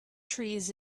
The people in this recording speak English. trees